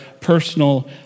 personal